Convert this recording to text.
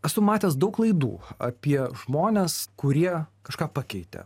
esu matęs daug laidų apie žmones kurie kažką pakeitė